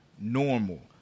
normal